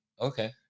okay